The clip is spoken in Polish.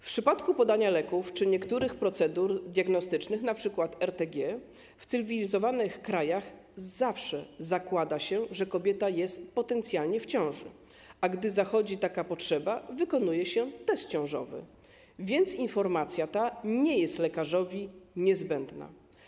W przypadku podania leków czy niektórych procedur diagnostycznych, np. RTG, w cywilizowanych krajach zawsze zakłada się, że kobieta jest potencjalnie w ciąży, a gdy zachodzi taka potrzeba, wykonuje się test ciążowy, więc informacja ta nie jest lekarzowi niezbędna.